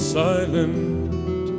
silent